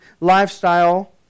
lifestyle